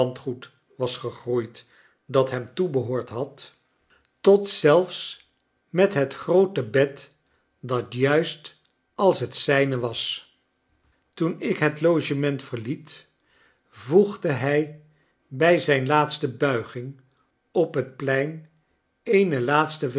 landgoed was gegroeid dat hem toebehoord had tot zelfs met het groote bed dat juist als het zijne was toen ik het logement verliet voegde hij bij ztjne laatste buiging op het plein eene laatste